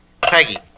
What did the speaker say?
Peggy